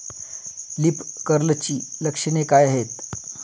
Leaf कर्लची लक्षणे काय आहेत?